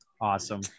Awesome